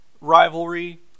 rivalry